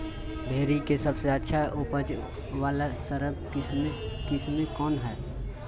भिंडी के सबसे अच्छा उपज वाला संकर किस्म कौन है?